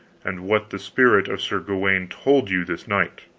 and what the spirit of sir gawaine told you this night,